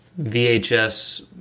VHS